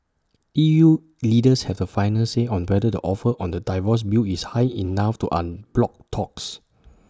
E U leaders have the final say on whether the offer on the divorce bill is high enough to unblock talks